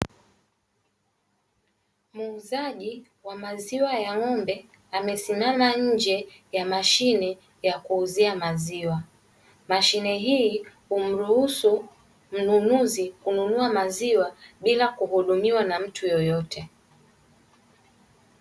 Muuzaji wa maziwa ya ng'ombe amesimama nje ya mashine ya kuuzia maziwa, mashine hii humruhusu mnunuzi kununua maziwa bila kuhudumiwa na mtu yeyote.